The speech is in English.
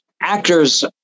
actors